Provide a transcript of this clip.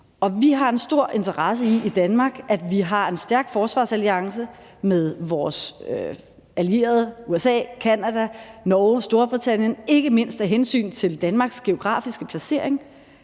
Danmark en stor interesse i, at vi har en stærk forsvarsalliance med vores allierede, USA, Canada, Norge og Storbritannien, ikke mindst af hensyn til Danmarks geografiske placering.